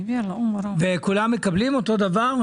וכולם מקבלים אותו הדבר?